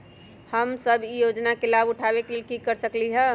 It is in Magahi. हम सब ई योजना के लाभ उठावे के लेल की कर सकलि ह?